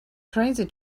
crazy